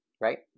Right